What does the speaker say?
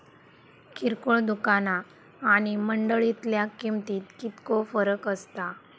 किरकोळ दुकाना आणि मंडळीतल्या किमतीत कितको फरक असता?